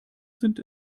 sind